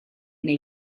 neu